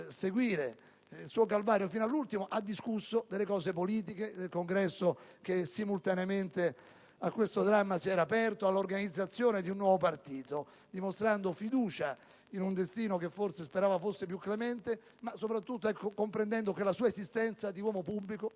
seguire il suo calvario fino all'ultimo, egli ha discusso di cose politiche, del congresso che simultaneamente a questo dramma si era aperto, dell'organizzazione del nuovo partito, dimostrando fiducia in un destino (che forse sperava fosse più clemente), ma, soprattutto, consapevole che la sua esistenza di uomo pubblico